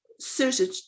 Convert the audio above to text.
suited